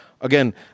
again